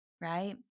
right